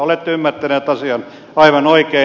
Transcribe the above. olette ymmärtänyt asian aivan oikein